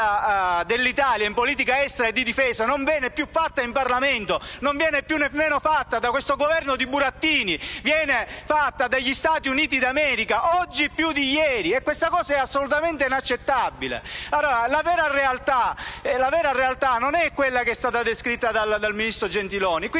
dell'Italia in politica estera e di difesa non viene più fatta in Parlamento, non viene più fatta nemmeno da questo Governo di burattini: viene fatta dagli Stati Uniti d'America, oggi più di ieri, e questa cosa è assolutamente inaccettabile. La vera realtà non è quella che è stata descritta dal ministro Gentiloni.